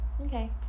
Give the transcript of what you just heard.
Okay